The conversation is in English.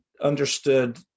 understood